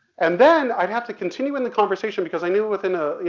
and then i'd have to continue in the conversation because i knew within a, you